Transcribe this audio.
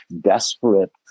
desperate